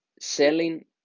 selling